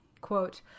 Quote